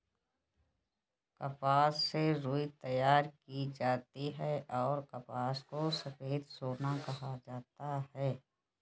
कपास से रुई तैयार की जाती हैंऔर कपास को सफेद सोना कहा जाता हैं